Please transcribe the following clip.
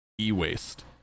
e-waste